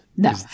No